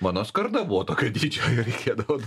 mano skarda buvo tokia dydžio ir reikėdavo